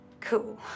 Cool